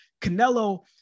Canelo